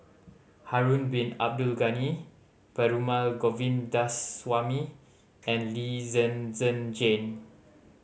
Harun Bin Abdul Ghani Perumal Govindaswamy and Lee Zhen Zhen Jane